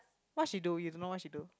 what she do if know what she do